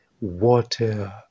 water